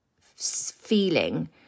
feeling